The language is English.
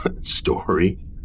Story